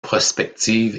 prospective